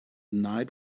night